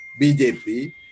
BJP